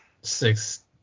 six